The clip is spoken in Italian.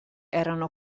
erano